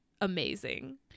amazing